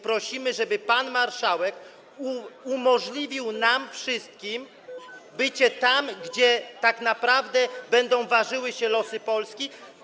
Prosimy, żeby pan marszałek umożliwił nam wszystkim bycie tam, gdzie tak naprawdę będą ważyły się losy Polski.